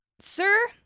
Sir